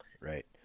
right